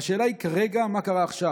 והשאלה היא מה קורה עכשיו.